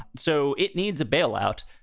so it needs a bailout.